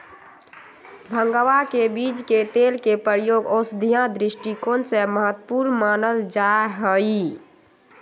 भंगवा के बीज के तेल के प्रयोग औषधीय दृष्टिकोण से महत्वपूर्ण मानल जाहई